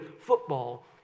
football